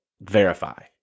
verify